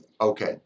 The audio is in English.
Okay